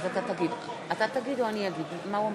מצביע טלב אבו עראר, מצביע יולי יואל אדלשטיין,